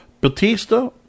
Batista